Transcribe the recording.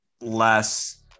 less